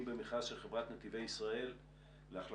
ינים במכרז של חברת נתיבי ישראל להחלפת